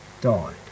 Died